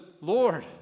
Lord